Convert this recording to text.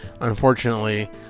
unfortunately